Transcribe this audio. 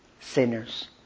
sinners